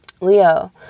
Leo